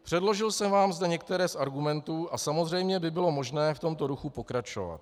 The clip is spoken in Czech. Předložil jsem vám zde některé z argumentů a samozřejmě by bylo možné v tomto duchu pokračovat.